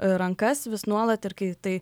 rankas vis nuolat ir kai tai